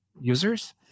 users